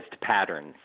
patterns